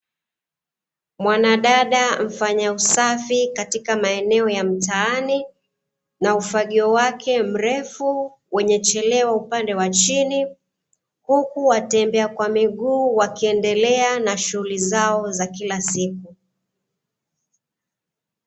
Mwanadada mfanya usafi katika maeneo ya mtaani, na ufagio wake mrefu wenye chelewa upande wa chini, huku watembea kwa miguu wakiendelea na shughuli zao za kila siku.